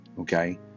okay